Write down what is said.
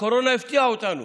הקורונה הפתיעה אותנו,